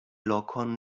lokon